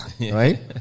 right